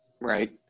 Right